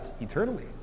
eternally